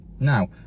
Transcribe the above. Now